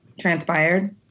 transpired